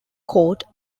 court